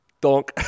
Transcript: Donk